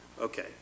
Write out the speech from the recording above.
Okay